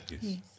Yes